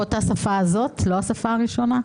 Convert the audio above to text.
בשפה הזאת, ולא בשפה הראשונה?